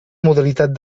modalitat